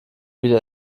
wieder